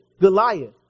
Goliath